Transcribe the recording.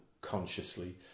consciously